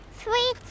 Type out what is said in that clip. Sweets